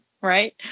right